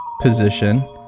position